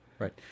Right